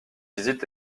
visite